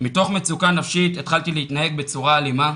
מתוך מצוקה נפשית התחלתי להתנהג בצורה אלימה,